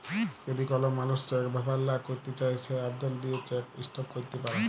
যদি কল মালুস চ্যাক ব্যাভার লা ক্যইরতে চায় সে আবদল দিঁয়ে চ্যাক ইস্টপ ক্যইরতে পারে